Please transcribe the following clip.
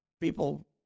people